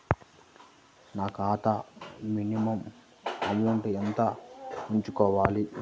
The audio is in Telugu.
నా ఖాతా మినిమం అమౌంట్ ఎంత ఉంచుకోవాలి?